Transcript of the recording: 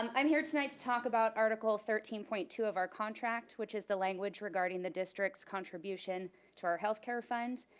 um i'm here tonight to talk about article thirteen point two of our contract which is the language regarding the district's contribution to our healthcare funds,